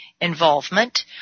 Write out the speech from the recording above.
involvement